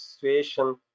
situation